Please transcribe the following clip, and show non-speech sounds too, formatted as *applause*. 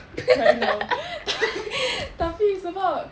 I don't know *laughs* tapi sebab